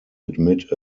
admit